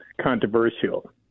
controversial